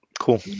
Cool